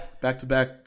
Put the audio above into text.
back-to-back